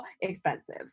expensive